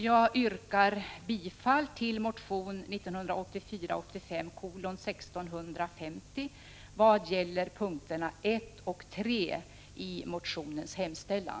Jag yrkar bifall till motion 1984/85:1650 vad gäller punkterna 1 och 3 i motionens hemställan.